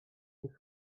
nich